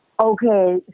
Okay